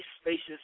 spacious